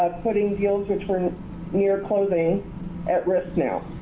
um putting deals which were near closing at risk now.